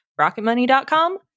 Rocketmoney.com